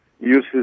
uses